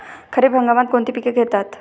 खरीप हंगामात कोणती पिके घेतात?